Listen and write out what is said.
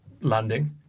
landing